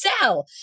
sell